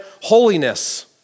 holiness